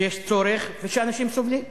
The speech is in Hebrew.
שיש צורך, ושאנשים סובלים,